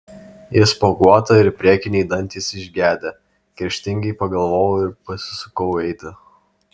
ji spuoguota ir priekiniai dantys išgedę kerštingai pagalvojau ir pasisukau eiti